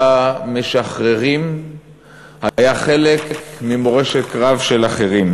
המשחררים היה חלק ממורשת קרב של אחרים.